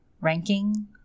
ranking